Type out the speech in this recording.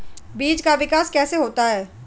बीज का विकास कैसे होता है?